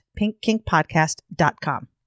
pinkkinkpodcast.com